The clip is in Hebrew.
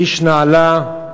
איש נעלה,